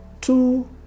two